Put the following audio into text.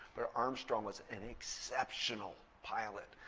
but armstrong was an exceptional pilot.